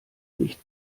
nicht